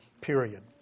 period